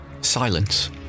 Silence